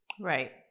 Right